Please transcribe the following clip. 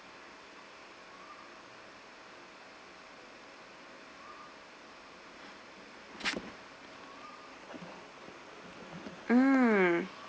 mm